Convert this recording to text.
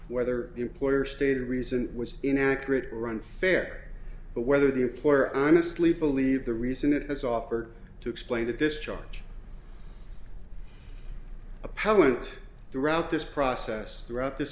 whether the employer stated reason was inaccurate or unfair but whether the employer honestly believe the reason it has offered to explain that this charge appellant throughout this process throughout this